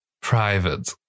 private